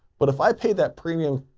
but if i paid that premium,